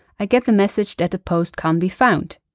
i get the message that the post can't be found.